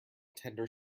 tender